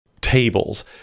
tables